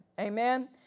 Amen